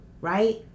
right